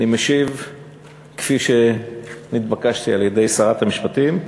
אני משיב כפי שנתבקשתי על-ידי שרת המשפטים.